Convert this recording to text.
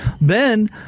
Ben